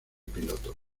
pilotos